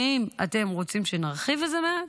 ואם אתם רוצים שנרחיב את זה מעט,